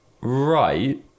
right